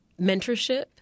mentorship